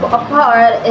apart